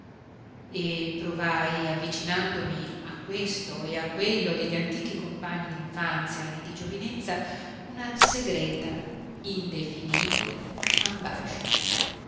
lui e provai avvicinandomi a questo e a quello degli antichi compagni d'infanzia e di giovinezza una segreta indefinibile ambascia